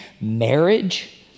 marriage